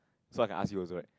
so I can ask you also right